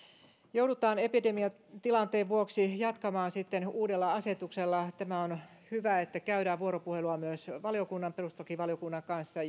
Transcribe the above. joudutaan epidemiatilanteen vuoksi jatkamaan uudella asetuksella on hyvä että käydään vuoropuhelua myös perustuslakivaliokunnan kanssa